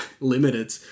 limited